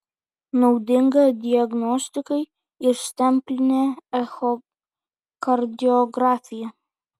naudinga diagnostikai ir stemplinė echokardiografija